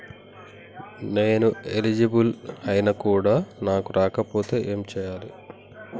నేను ఎలిజిబుల్ ఐనా కూడా నాకు రాకపోతే ఏం చేయాలి?